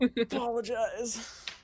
Apologize